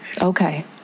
Okay